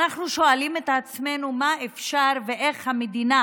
אנחנו שואלים את עצמנו מה אפשר לעשות ואיך המדינה